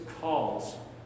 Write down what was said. calls